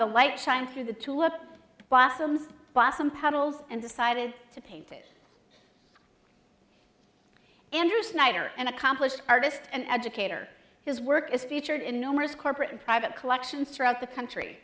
the light shine through the tulips blasphemes blossom petals and decided to paint it and her snyder an accomplished artist an educator his work is featured in numerous corporate and private collections throughout the country